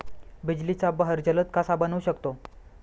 बिजलीचा बहर जलद कसा बनवू शकतो?